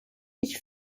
ich